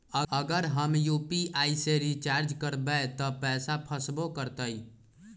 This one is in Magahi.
अगर हम यू.पी.आई से रिचार्ज करबै त पैसा फसबो करतई?